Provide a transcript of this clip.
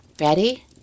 Ready